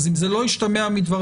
אם זה לא השתמע מדבריי,